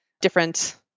different